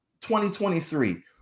2023